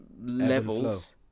levels